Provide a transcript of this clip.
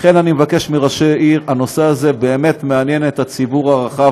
לכן אני מבקש מראשי עיר: הנושא הזה באמת מעניין את הציבור הרחב,